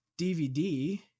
DVD